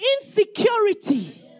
insecurity